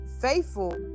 faithful